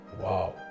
Wow